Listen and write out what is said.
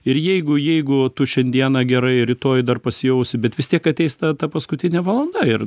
ir jeigu jeigu tu šiandieną gerai rytoj dar pasijausi bet vis tiek ateis ta ta paskutinė valanda ir